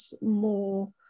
more